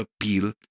appeal